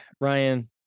Ryan